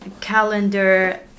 calendar